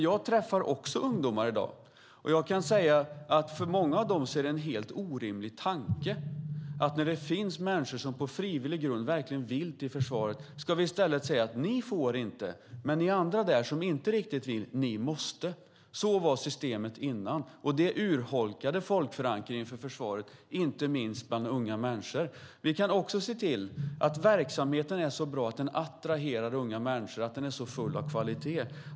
Jag träffar också ungdomar i dag, och jag kan säga att för många av dem är det en helt orimlig tanke att vi när det finns människor som på frivillig grund verkligen vill till försvaret ska säga: Ni får inte, men ni andra där - ni som inte riktigt vill - måste. Så var systemet förut, och det urholkade folkförankringen för försvaret inte minst bland unga människor. Vi kan också se till att verksamheten är så bra och full av kvalitet att den attraherar unga människor.